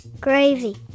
Gravy